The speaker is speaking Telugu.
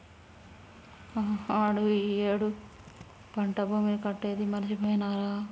ఆడు ఈ ఏడు పంట భీమాని కట్టేది మరిచిపోయినారా